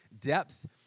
Depth